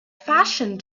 fashion